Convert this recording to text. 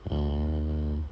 hmm